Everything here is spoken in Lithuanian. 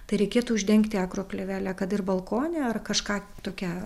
tai reikėtų uždengti agro plėvele kad ir balkone ar kažką tokia